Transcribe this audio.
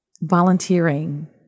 volunteering